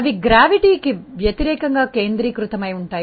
అవి గురుత్వాకర్షణకు వ్యతిరేకంగా కేంద్రీకృతమై ఉంటాయి